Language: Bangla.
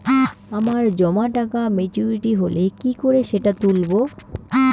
আমার জমা টাকা মেচুউরিটি হলে কি করে সেটা তুলব?